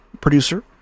producer